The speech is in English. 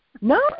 No